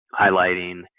highlighting